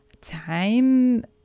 time